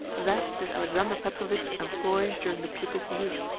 that did alexander petrovitch employ during the pupil's youth,